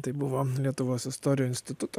tai buvo lietuvos istorijų instituto